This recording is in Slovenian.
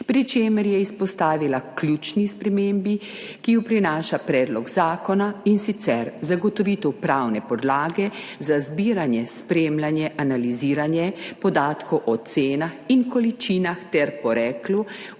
pri čemer je izpostavila ključni spremembi, ki ju prinaša predlog zakona in sicer zagotovitev pravne podlage za zbiranje, spremljanje, analiziranje podatkov o cenah in količinah ter poreklu